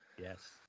Yes